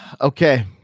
Okay